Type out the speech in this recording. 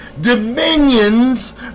dominions